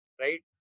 right